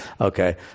okay